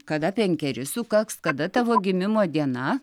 kada penkeri sukaks kada tavo gimimo diena